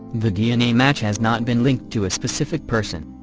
the dna match has not been linked to a specific person.